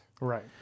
Right